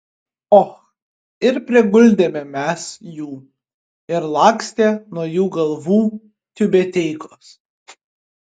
och ir priguldėme mes jų ir lakstė nuo jų galvų tiubeteikos